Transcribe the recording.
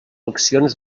accions